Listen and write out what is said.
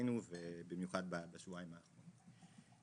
בדרכנו ובמיוחד בשבועיים האחרונים.